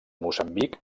moçambic